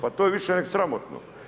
Pa to je više nego sramotno.